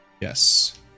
Yes